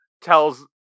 tells